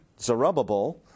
Zerubbabel